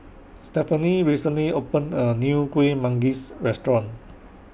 Stephanie recently opened A New Kuih Manggis Restaurant